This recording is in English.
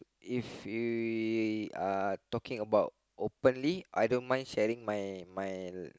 if we uh talking about openly I don't mind sharing my my